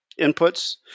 inputs